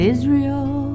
Israel